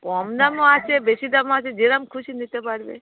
কম দামও আছে বেশি দামও আছে যেরকম খুশি নিতে পারবে